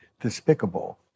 despicable